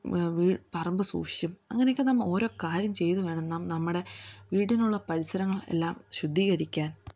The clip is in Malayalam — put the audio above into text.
വ് വീ പറമ്പ് സൂക്ഷിച്ചും അങ്ങനെക്കെ നാം ഓരോ കാര്യം ചെയ്ത് വേണം നം നമ്മുടെ വീടിനുള്ള പരിസരങ്ങൾ എല്ലാം ശുദ്ധീകരിക്കാൻ